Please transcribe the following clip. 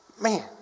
Man